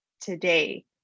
today